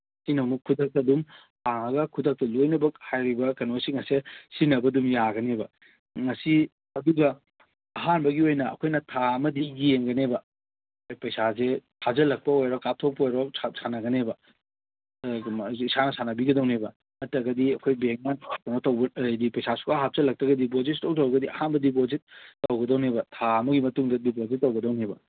ꯁꯤꯅ ꯑꯃꯨꯛ ꯈꯨꯗꯛꯇ ꯑꯗꯨꯝ ꯍꯥꯡꯉꯒ ꯈꯨꯗꯛꯇ ꯂꯣꯏꯅꯕꯛ ꯍꯥꯏꯔꯤꯕ ꯀꯩꯅꯣꯁꯤꯡ ꯑꯁꯦ ꯁꯤꯖꯤꯟꯅꯕ ꯑꯗꯨꯝ ꯌꯥꯒꯅꯤꯕ ꯉꯁꯤ ꯑꯗꯨꯒ ꯑꯍꯥꯟꯕꯒꯤ ꯑꯣꯏꯅ ꯑꯩꯈꯣꯏꯅ ꯊꯥ ꯑꯃꯗꯤ ꯌꯦꯡꯒꯅꯦꯕ ꯄꯩꯁꯥꯁꯦ ꯊꯥꯖꯤꯜꯂꯛꯄ ꯑꯣꯏꯔꯣ ꯀꯥꯞꯊꯣꯛꯄ ꯑꯣꯏꯔꯣ ꯁꯥꯟꯅꯒꯅꯦꯕ ꯏꯁꯥꯅ ꯁꯥꯟꯅꯕꯤꯒꯗꯧꯅꯦꯕ ꯅꯠꯇ꯭ꯔꯒꯗꯤ ꯑꯩꯈꯣꯏ ꯕꯦꯡꯅ ꯄꯩꯁꯥ ꯁꯨꯡꯍꯥꯞ ꯍꯥꯞꯆꯤꯜꯂꯛꯇ꯭ꯔꯒꯗꯤ ꯗꯤꯄꯣꯖꯤꯠ ꯁꯨꯡꯇꯧ ꯇꯧꯔꯛꯇ꯭ꯔꯗꯤ ꯑꯍꯥꯟꯕ ꯗꯤꯄꯣꯖꯤꯠ ꯇꯧꯒꯗꯧꯅꯦꯕ ꯊꯥ ꯑꯃꯒꯤ ꯃꯇꯨꯡꯗ ꯗꯤꯄꯣꯖꯤꯠ ꯇꯧꯒꯗꯧꯅꯦꯕ